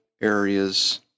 areas